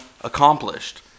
accomplished